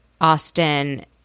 Austin